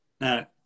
Now